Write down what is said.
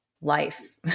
life